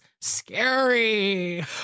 scary